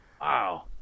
Wow